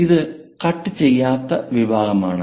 ഇത് കട്ട് ചെയ്യാത്ത വിഭാഗമാണ്